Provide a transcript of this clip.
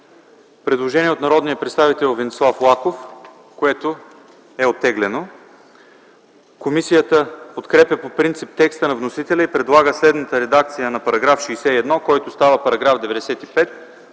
предложение от народния представител Венцислав Лаков, което е оттеглено. Комисията подкрепя по принцип текста на вносителя и предлага следната редакция на § 61, който става § 95: „§ 95.